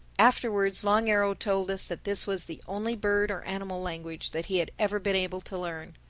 afterwards long arrow told us that this was the only bird or animal language that he had ever been able to learn.